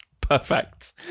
Perfect